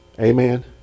Amen